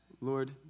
Lord